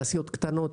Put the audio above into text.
תעשיות קטנות,